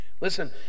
listen